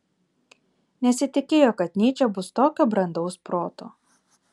nesitikėjo kad nyčė bus tokio brandaus proto